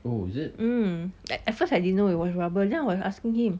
mm at first I didn't know it was rubber then I was asking him